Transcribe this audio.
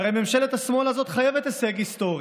הרי ממשלת השמאל הזאת חייבת הישג היסטורי,